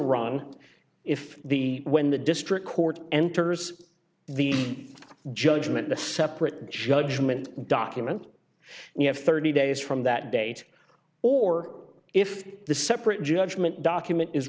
run if the when the district court enters the judgment a separate judgment document you have thirty days from that date or if the separate judgment document is